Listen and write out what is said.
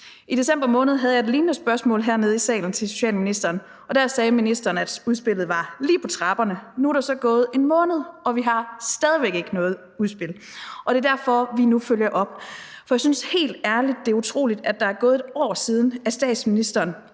I december måned havde jeg et lignende spørgsmål hernede i salen til socialministeren, og der sagde ministeren, at udspillet var lige på trapperne. Nu er der så gået en måned, og vi har stadig væk ikke noget udspil. Og det er derfor, vi nu følger op, for jeg synes helt ærligt, det er utroligt, at der er gået 1 år, siden statsministeren